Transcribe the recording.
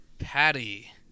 Patty